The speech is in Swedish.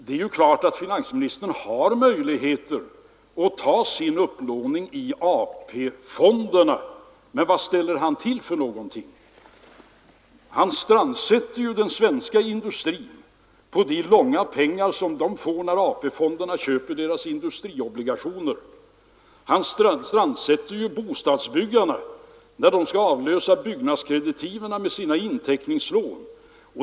Det är klart att finansministern har möjligheter att ta sin upplåning i AP-fonderna, men vad ställer han då till för någonting? Han strandsätter den svenska industrin på de långa pengar som den får när AP-fonderna köper dess industriobligationer. Han strandsätter bostadsbyggarna när de skall avlösa byggnadskreditiven med inteckningslån.